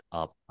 up